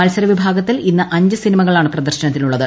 മത്സര വിഭാഗത്തിൽ ഇന്ന് അഞ്ച് സിനിമകളാണ് പ്രദർശനത്തിനുള്ളത്